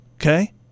okay